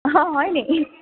অ' হয় নি